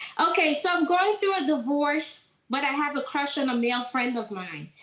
okay, so i'm going through a divorce, but i have a crush on a male friend of mine.